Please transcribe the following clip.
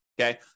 Okay